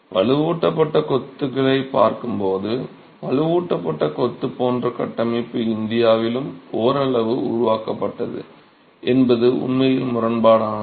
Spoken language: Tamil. வலுவூட்டப்பட்ட கொத்துகளைப் பார்க்கும்போது வலுவூட்டப்பட்ட கொத்து போன்ற கட்டமைப்பு இந்தியாவிலும் ஓரளவு உருவாக்கப்பட்டது என்பது உண்மையில் முரண்பாடானது